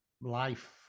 life